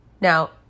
Now